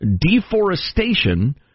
deforestation